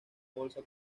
bolsa